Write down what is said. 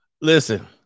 Listen